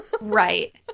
Right